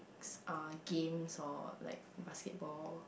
are games or like basketball